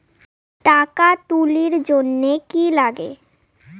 টাকা তুলির জন্যে কি লাগে?